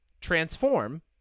transform